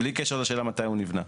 בלי קשר לשאלה מתי הוא נבנה.